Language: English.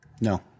No